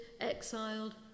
exiled